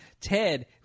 Ted